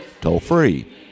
toll-free